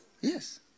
Yes